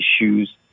issues